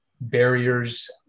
Barriers